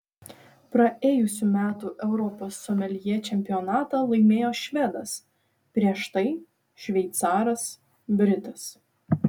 praėjusių metų europos someljė čempionatą laimėjo švedas prieš tai šveicaras britas